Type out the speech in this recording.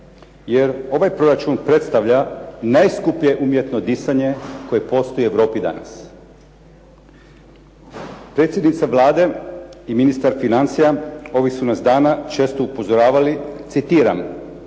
jer ovaj proračun predstavlja najskuplje umjetno disanje koje postoji u Europi danas. Predsjednica Vlade i ministar financija ovih su nas dana često upozoravali, citiram: